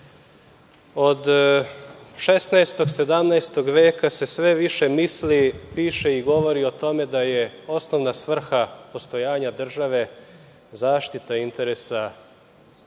od 16, 17. veka se sve više misli, piše i govori o tome da je osnovna svrha postojanja države zaštita interesa